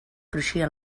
cruixia